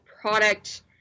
product